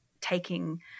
taking